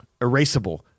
erasable